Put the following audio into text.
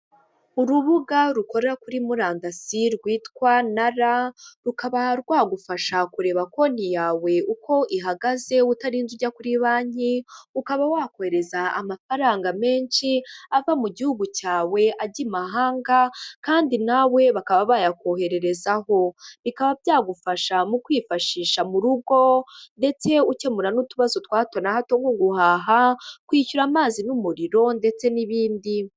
Urubuga rukorera kuri murandasi rwitwa Nala, rukaba rwagufasha kureba konti yawe uko ihagaze utarinze ujya kuri banki, ukaba wakohereza amafaranga menshi ava mu gihugu cyawe ajya i mahanga, kandi nawe bakaba bayakoherererezaho, bikaba byagufasha mu kwifashisha mu rugo ndetse ukemura n'utubazo twa hato na hato nko guhaha, kwishyura amazi n'umuriro, ndetse n'ibindi